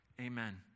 Amen